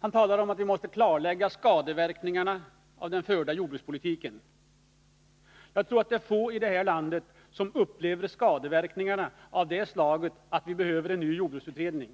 Han talade om att vi måste klarlägga skadeverkningarna till följd av den förda jordbrukspolitiken. Jag tror det är få i det här landet som upplever skadeverkningarna så, att de anser att det behövs en ny jordbruksutredning.